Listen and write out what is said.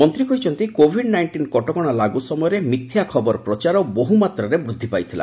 ମନ୍ତ୍ରୀ କହିଛନ୍ତି Covid nineteen କଟକଣା ଲାଗୁ ସମୟରେ ମିଥ୍ୟା ଖବର ପ୍ରଚାର ବହୁମାତ୍ରାରେ ବୃଦ୍ଧି ପାଇଥିଲା